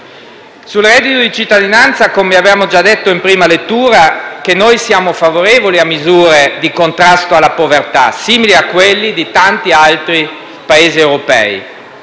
Sul reddito di cittadinanza, come abbiamo già detto in prima lettura, siamo favorevoli a misure di contrasto alla povertà, simili a quelle di tanti altri Paesi europei.